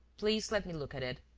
please let me look at it.